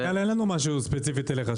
אין לנו משהו ספציפית אליך,